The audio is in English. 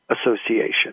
association